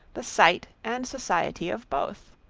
the sight and society of both.